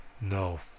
No